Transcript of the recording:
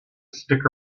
stick